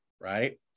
right